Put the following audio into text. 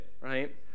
right